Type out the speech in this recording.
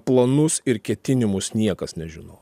planus ir ketinimus niekas nežinojo